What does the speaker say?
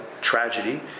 tragedy